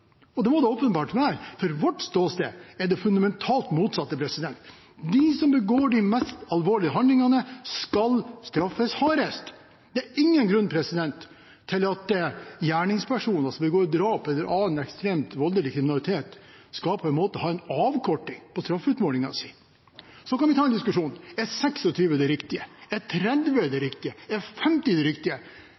og det må det åpenbart være, for vårt ståsted er det fundamentalt motsatte. De som begår de mest alvorlige handlingene, skal straffes hardest. Det er ingen grunn til at gjerningspersoner som begår drap eller annen ekstremt voldelig kriminalitet, skal få en avkorting på straffutmålingen sin. Så kan vi ta en diskusjon: Er 26 det riktige? Er 30 det riktige? Er 50 det riktige?